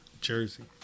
Jersey